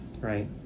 Right